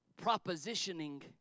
propositioning